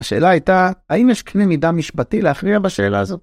השאלה הייתה: האם יש קנה-מידה משפטי להכריע בשאלה הזאת.